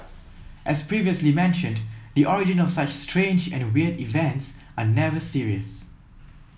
as previously mentioned the origin of such strange and weird events are never serious